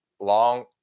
long